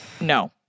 No